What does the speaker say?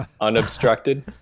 unobstructed